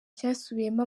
cyasubiyemo